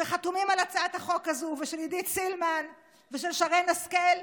של עידית סילמן ושל שרן השכל,